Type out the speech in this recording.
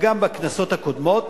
וגם בכנסות הקודמות,